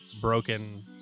broken